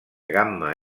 gamma